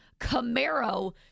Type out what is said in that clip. Camaro